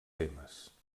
temes